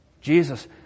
Jesus